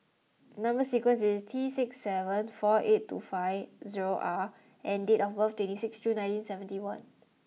number sequence is T six seven four eight two five zero R and date of birth twenty six June nineteen seventy one